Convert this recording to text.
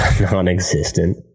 non-existent